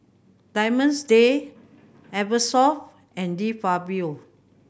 Diamond's Day Eversoft and De Fabio